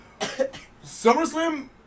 SummerSlam